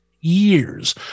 years